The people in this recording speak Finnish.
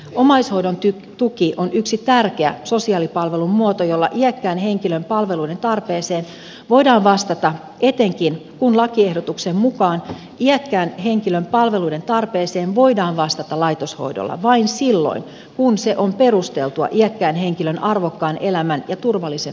omaishoidon tuki on yksi tärkeä sosiaalipalvelun muoto jolla iäkkään henkilön palveluiden tarpeeseen voidaan vastata etenkin kun lakiehdotuksen mukaan iäkkään henkilön palveluiden tarpeeseen voidaan vastata laitoshoidolla vain silloin kun se on perusteltua iäkkään henkilön arvokkaan elämän ja turvallisen hoidon kannalta